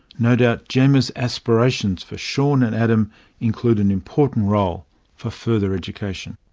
no doubt gemma's aspirations for sean and adam include an important role for further education.